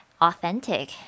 authentic